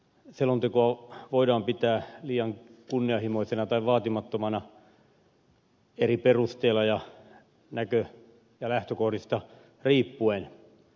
selontekoa voidaan pitää liian kunnianhimoisena tai vaatimattomana eri perusteilla ja näkö ja lähtökohdista riippuen